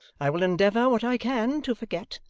i will endeavour what i can to forget,